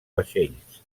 vaixells